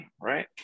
right